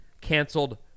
canceled